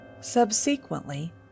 Subsequently